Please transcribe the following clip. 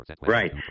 Right